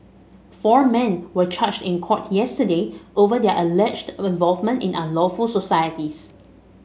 four men were charged in court yesterday over their alleged involvement in unlawful societies